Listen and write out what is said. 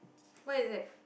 what is that